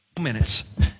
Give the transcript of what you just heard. minutes